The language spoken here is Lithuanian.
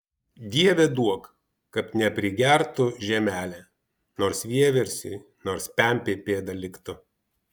dieve duok kad neprigertų žemelė nors vieversiui nors pempei pėda liktų